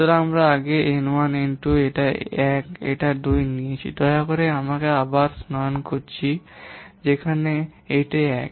সুতরাং আমরা এর আগে N 1 N 2 এবং এটা 1 এটা 2 নিয়েছি দয়া করে আমি আবার স্মরণ করছি যেখানে এটা 1